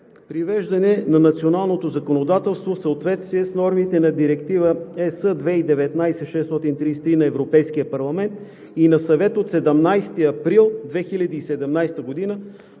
привеждане на националното законодателство в съответствие с нормите на Директива ЕС 2019/633 на Европейския парламент и на Съвета от 17 април 2017 г.